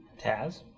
Taz